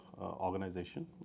organization